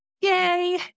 Yay